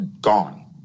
gone